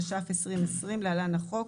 התש״ף 2020 (להלן - החוק),